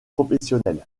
professionnelle